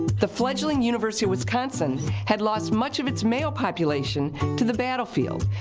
the fledging university of wisconsin had lost much of its male population to the battlefield.